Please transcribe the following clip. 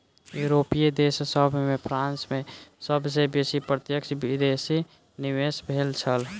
यूरोपीय देश सभ में फ्रांस में सब सॅ बेसी प्रत्यक्ष विदेशी निवेश भेल छल